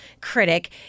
critic